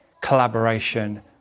collaboration